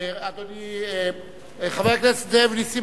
אדוני חבר הכנסת זאב נסים.